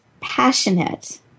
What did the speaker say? passionate